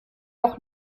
auch